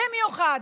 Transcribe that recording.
במיוחד